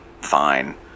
fine